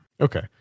Okay